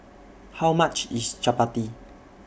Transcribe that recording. How much IS Chapati